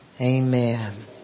Amen